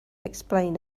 explain